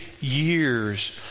years